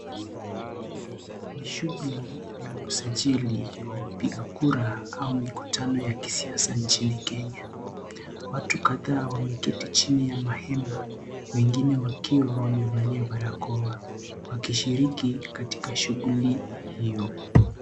Ni shughuli ya usajili wa wapiga kura au mikutano ya kisiasa nchini Kenya. Watu kadhaa wameketi chini ya mahema wengine wakiwa wamevalia barakoa wakishiriki katika shughuli hiyo.